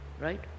right